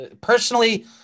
personally